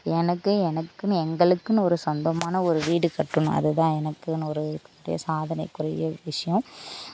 எனக்கு எனக்குன்னு எங்களுக்குன்னு ஒரு சொந்தமான ஒரு வீடு கட்டணும் அது தான் எனக்குன்னு ஒரு இருக்கக்கூடிய சாதனைக்குரிய விஷயம்